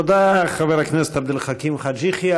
תודה, חבר הכנסת עבד אל חכים חאג' יחיא.